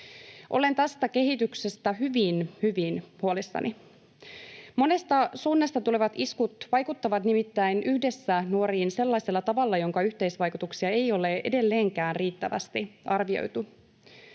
Olen tästä kehityksestä hyvin, hyvin huolissani. Monesta suunnasta tulevat iskut vaikuttavat nimittäin yhdessä nuoriin sellaisella tavalla, jonka yhteisvaikutuksia ei ole edelleenkään riittävästi arvioitu.